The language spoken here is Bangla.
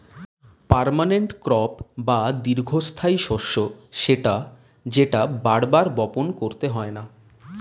পার্মানেন্ট ক্রপ বা দীর্ঘস্থায়ী শস্য সেটা যেটা বার বার বপণ করতে হয়না